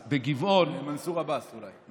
זה מנסור עבאס, אולי.